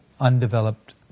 undeveloped